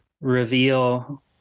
reveal